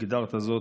הגדרת זאת,